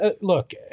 Look